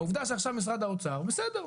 העובדה עכשיו עם משרד האוצר, בסדר.